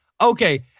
okay